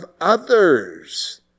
others